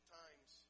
times